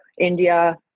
india